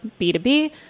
B2B